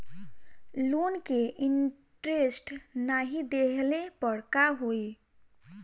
Loan के interest नाही देहले पर का होई?